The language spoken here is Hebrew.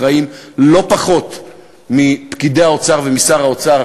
אחראים לא פחות מפקידי האוצר ומשר האוצר